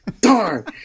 darn